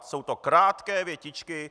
Jsou to krátké větičky.